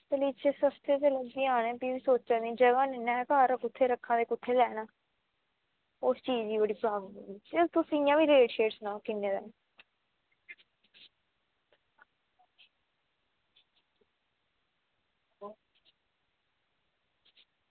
ते सस्ते ते लग्गी जाने पर जगह नेईं ना ऐ घर कुत्थें रक्खा दे कुत्थें लैना ते उस चीज़ दी जेह्ड़ी प्रॉब्लम ऐ तुस इंया बी रेट सनाओ किन्ने दा ऐ